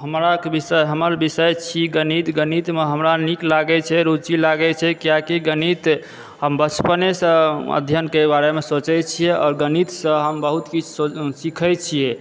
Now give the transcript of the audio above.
हमरा के विषय हमर विषय छी गणित गणित मे हमरा नीक लागै छै रुचि लागै छै कियाकि गणित हम बचपने सॅं अध्यनन के बारे मे सोचै छियै आओर गणित सॅं हम बहुत सीख़ै छियै